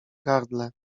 gardle